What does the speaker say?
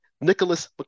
Nicholas